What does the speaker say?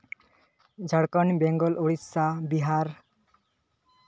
Jharkhand Bengal Odisha Bihar